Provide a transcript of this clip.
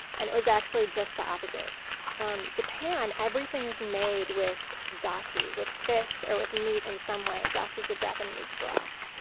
and it was actually just the opposite in um japan everything is made with dashi, with fish or with meat in some way dashi is the japanese broth.